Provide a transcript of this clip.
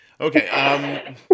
Okay